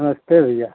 नमस्ते भैया